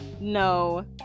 no